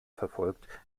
verfolgt